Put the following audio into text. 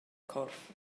corff